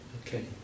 Okay